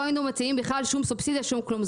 לא היינו מציעים בכלל שום סובסידיה ושום כלום.